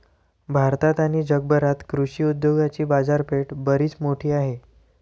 भारतात आणि जगभरात कृषी उद्योगाची बाजारपेठ बरीच मोठी आहे